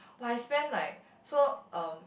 my friend like so um